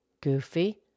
Goofy